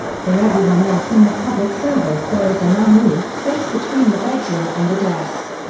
for everyone else in the public service there is an unroofed space between the bedroom and the desk.